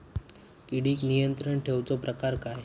किडिक नियंत्रण ठेवुचा प्रकार काय?